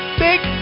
big